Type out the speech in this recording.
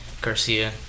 Garcia